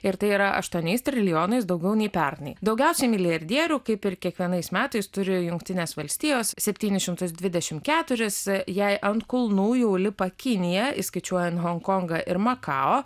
ir tai yra aštuoniais trilijonais daugiau nei pernai daugiausiai milijardierių kaip ir kiekvienais metais turi jungtinės valstijos septynis šimtus dvidešimt keturis jai ant kulnų jau lipa kinija įskaičiuojant honkongą ir makao